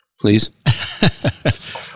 please